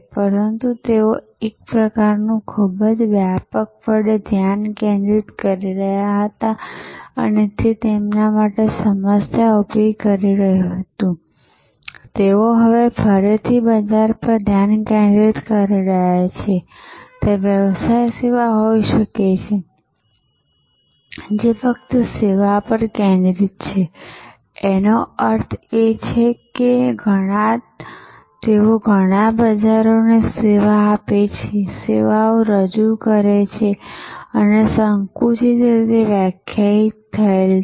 પરંતુ તેઓ એક પ્રકારનું ખૂબ જ વ્યાપકપણે ધ્યાન કેન્દ્રિત કરી રહ્યા હતા અને તે તેમના માટે સમસ્યા ઉભી કરી રહ્યું હતું તેઓ હવે ફરીથી બજાર પર ધ્યાન કેન્દ્રિત કરી રહ્યા છે ત્યાં વ્યવસાય સેવા હોઈ શકે છે જે ફક્ત સેવા પર કેન્દ્રિત છે જેનો અર્થ છે કે તેઓ ઘણા બજારોને સેવા આપે છે તેઓ સેવા રજૂ કરે છે તે સંકુચિત રીતે વ્યાખ્યાયિત થયેલ છે